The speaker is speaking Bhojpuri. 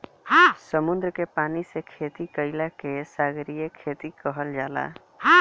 समुंदर के पानी से खेती कईला के सागरीय खेती कहल जाला